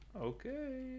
Okay